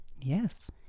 Yes